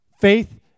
faith